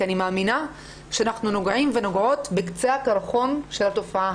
כי אני מאמינה שאנחנו נוגעים ונוגעות בקצה הקרחון של התופעה.